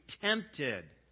tempted